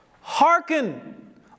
Hearken